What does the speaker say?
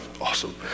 Awesome